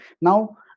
now